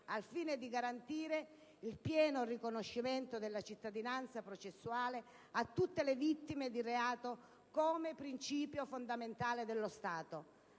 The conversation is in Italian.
al fine di assicurare il pieno riconoscimento della cittadinanza processuale a tutte le vittime di reato come principio fondamentale dello Stato,